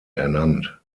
ernannt